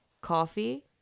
coffee